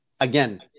again